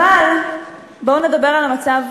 בואו נראה.